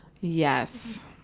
yes